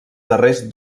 darrers